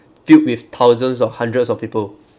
filled with thousands of hundreds of people